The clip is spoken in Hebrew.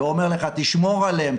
תשמור עליהם,